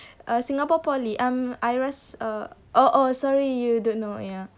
uh singapore poly um I ra~ uh oh oh sorry you don't know ya